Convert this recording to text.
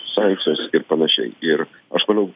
sankcijos ir panašiai ir aš manau